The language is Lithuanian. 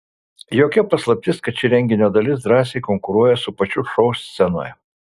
jokia paslaptis kad ši renginio dalis drąsiai konkuruoja su pačiu šou scenoje